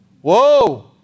Whoa